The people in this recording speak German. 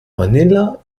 manila